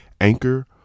Anchor